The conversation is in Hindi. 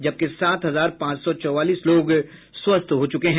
जबकि सात हजार पांच सौ चौवालीस लोग स्वस्थ हो चुके हैं